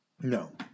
No